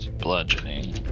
bludgeoning